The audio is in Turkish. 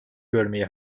görmeyi